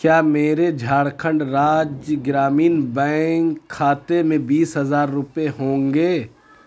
کیا میرے جھارکھنڈ راجیہ گرامین بینک کھاتے میں بیس ہزار روپیے ہوںگے